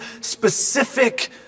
specific